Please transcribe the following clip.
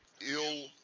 ill